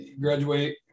graduate